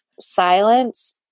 silence